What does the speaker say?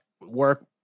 work